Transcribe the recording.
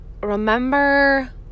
remember